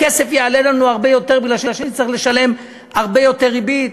הכסף יעלה לנו הרבה יותר כי נצטרך לשלם הרבה יותר ריבית,